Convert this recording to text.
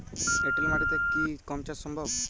এঁটেল মাটিতে কি গম চাষ সম্ভব?